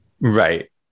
Right